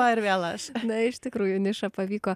ir vėl aš na iš tikrųjų nišą pavyko